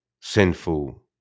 sinful